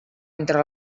entre